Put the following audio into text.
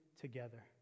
together